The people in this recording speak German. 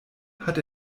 hat